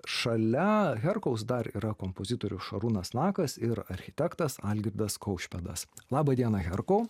šalia herkaus dar yra kompozitorius šarūnas nakas ir architektas algirdas kaušpėdas laba diena herkau